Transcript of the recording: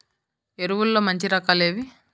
ఎరువుల్లో మంచి రకాలు ఏవి?